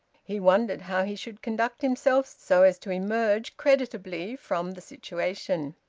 he wondered how he should conduct himself so as to emerge creditably from the situation.